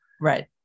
right